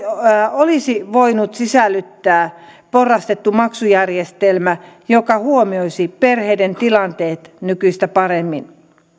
olisi voitu sisällyttää porrastettu maksujärjestelmä joka huomioisi perheiden tilanteet nykyistä paremmin